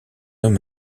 homme